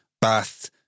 Bath